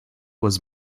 was